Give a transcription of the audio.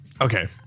Okay